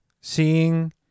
Seeing